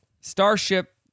Starship